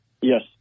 Yes